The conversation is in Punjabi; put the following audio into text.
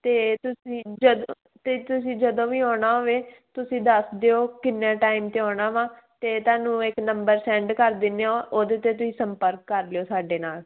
ਅਤੇ ਤੁਸੀਂ ਜਦੋਂ ਅਤੇ ਤੁਸੀਂ ਜਦੋਂ ਵੀ ਆਉਣਾ ਹੋਵੇ ਤੁਸੀਂ ਦੱਸ ਦਿਓ ਕਿੰਨੇ ਟਾਈਮ 'ਤੇ ਆਉਣਾ ਵਾ ਤਾਂ ਤੁਹਾਨੂੰ ਇੱਕ ਨੰਬਰ ਸੈਂਡ ਕਰ ਦਿੰਦੇ ਹਾਂ ਉਹਦੇ 'ਤੇ ਤੁਸੀਂ ਸੰਪਰਕ ਕਰ ਲਿਓ ਸਾਡੇ ਨਾਲ